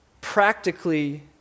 practically